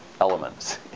elements